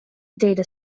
data